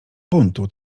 buntu